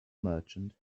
merchant